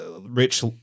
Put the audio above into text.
rich